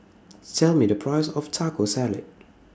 Tell Me The Price of Taco Salad